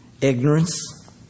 Ignorance